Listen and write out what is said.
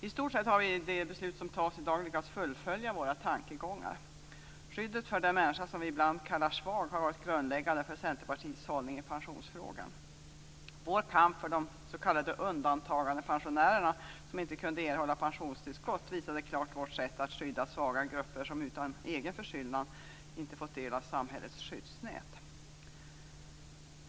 I stort sett har vi genom det beslut som i dag tas lyckats fullfölja våra tankegångar. Skyddet för den människa som vi ibland kallar svag har varit grundläggande för Centerpartiets hållning i pensionsfrågan. Vår kamp för de s.k. undantagandepensionärerna, som inte kunde erhålla pensionstillskott, visade klart på vårt sätt att skydda svaga grupper som utan egen förskyllan inte fått del av samhällets skyddsnät.